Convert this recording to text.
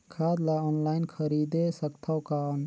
खाद ला ऑनलाइन खरीदे सकथव कौन?